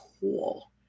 cool